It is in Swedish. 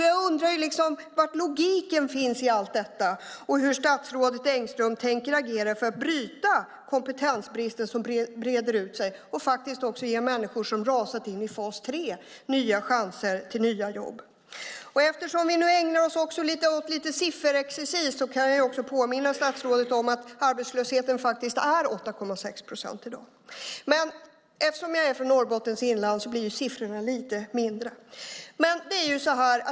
Jag undrar liksom var logiken finns i allt detta och hur statsrådet Engström tänker agera för att bryta den kompetensbrist som breder ut sig och faktiskt också ge människor som rasat in i fas 3 nya chanser till jobb. Eftersom vi nu också ägnar oss åt lite sifferexercis kan jag påminna statsrådet om att arbetslösheten faktiskt är 8,6 procent i dag. Men eftersom jag är från Norrbottens inland kan jag säga att siffrorna blir lite lägre.